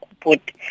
put